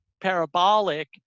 Parabolic